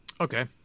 Okay